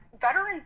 Veterans